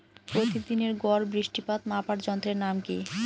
প্রতিদিনের গড় বৃষ্টিপাত মাপার যন্ত্রের নাম কি?